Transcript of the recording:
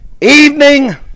Evening